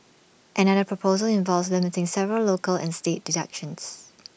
another proposal involves limiting several local and state deductions